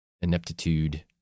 ineptitude